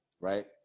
right